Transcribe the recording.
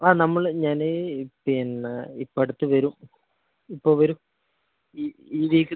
ആ നമ്മൾ ഞാൻ പിന്നെ ഇപ്പം അടുത്ത് വരും ഇപ്പം വരും ഈ ഈ വീക്ക്